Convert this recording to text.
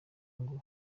ngo